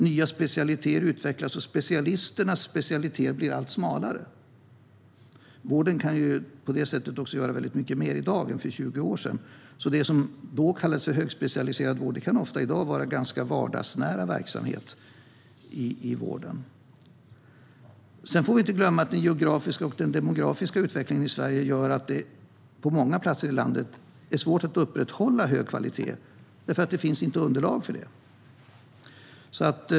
Nya specialiteter utvecklas, och specialisternas specialiteter blir allt smalare. Vården kan på det sättet också göra väldigt mycket mer i dag än för 20 år sedan, så det som då kallades högspecialiserad vård kan i dag ofta vara ganska vardagsnära verksamhet i vården. Så får vi inte glömma att den geografiska och demografiska utvecklingen i Sverige gör att det på många platser i landet är svårt att upprätthålla hög kvalitet eftersom det inte finns underlag för det.